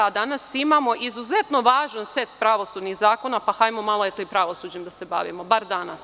Danas imamo izuzetno važan set pravosudnih zakona, pa hajdemo malo i pravosuđem da se bavimo, bar danas.